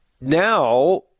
now